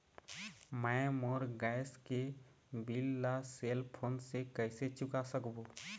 मैं मोर गैस के बिल ला सेल फोन से कइसे चुका सकबो?